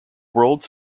worlds